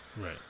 right